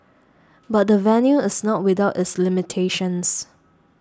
but the venue is not without its limitations